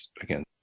again